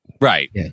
right